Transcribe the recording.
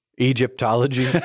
Egyptology